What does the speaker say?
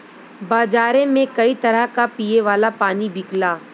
बजारे में कई तरह क पिए वाला पानी बिकला